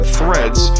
threads